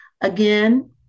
Again